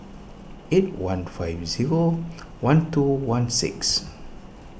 eight one five zero one two one six